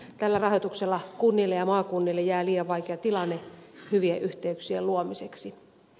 tällä rahoituksella kunnille ja maakunnille jää liian vaikea tilanne hyvien yhteyksien luomiseksi